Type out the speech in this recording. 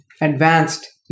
advanced